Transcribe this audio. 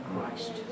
Christ